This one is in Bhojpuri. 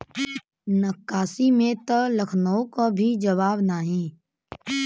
नक्काशी में त लखनऊ क भी जवाब नाही